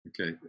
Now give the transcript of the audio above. Okay